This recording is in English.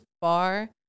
far